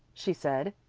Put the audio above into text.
she said.